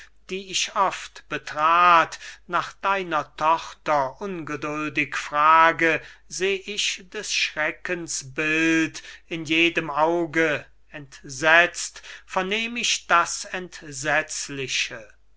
die ich oft betrat nach deiner tochter ungeduldig frage seh ich des schreckens bild in jedem auge entsetzt vernehm ich das entsetzliche